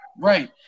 Right